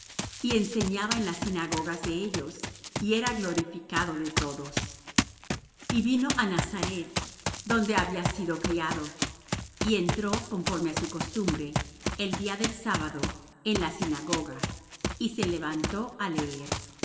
y enseñaba en las sinagogas de ellos y era glorificado de todos y vino á nazaret donde había sido criado y entró conforme á su costumbre el día del sábado en la sinagoga y se levantó á leer